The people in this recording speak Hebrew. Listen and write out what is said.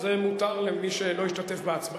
זה מותר למי שלא השתתף בהצבעה.